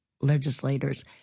legislators